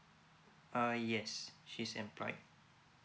uh yes she is employed